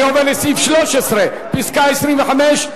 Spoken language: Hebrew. אני עובר לסעיף 13, מס' 25,